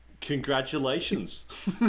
Congratulations